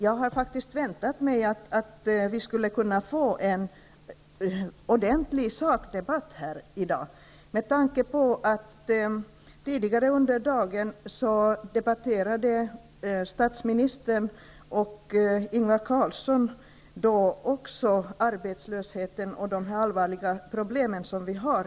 Jag hade faktiskt väntat mig att vi skulle kunna få en ordentlig sakdebatt här i dag med tanke på att statsministern och Ingvar Carlsson tidigare under dagen debatterade arbetslösheten och de allvarliga problem som vi har.